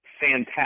fantastic